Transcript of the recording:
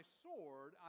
sword